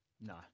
no